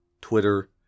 Twitter